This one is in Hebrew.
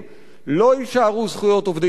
לא יישארו זכויות עובדים בישראל.